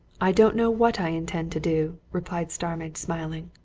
i don't know what i intend to do, replied starmidge, smiling.